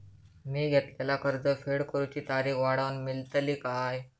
मी घेतलाला कर्ज फेड करूची तारिक वाढवन मेलतली काय?